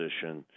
position